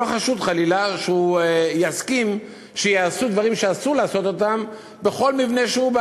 לא חשוד חלילה שהוא יסכים שיעשו דברים שאסור לעשות אותם בכל מבנה שהוא,